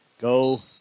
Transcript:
go